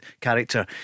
character